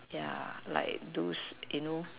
yeah like those you know